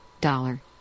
dollar